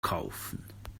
kaufen